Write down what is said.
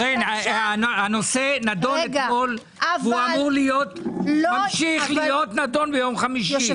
הנושא נדון אתמול, וממשיך להיות נדון ביום חמישי.